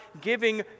giving